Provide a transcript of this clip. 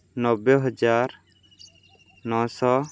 ନବେ ହଜାର ନଅଶହ